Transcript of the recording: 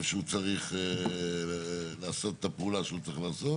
שהוא צריך לעשות את הפעולה שהוא צריך לעשות,